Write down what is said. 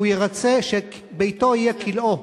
שהוא ירצה, שביתו יהיה כלאו,